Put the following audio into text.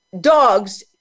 dogs